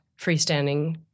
freestanding